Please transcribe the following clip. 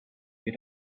you